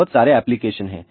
बहुत सारे एप्लीकेशन हैं